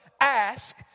ask